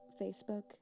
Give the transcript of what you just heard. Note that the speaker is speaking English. facebook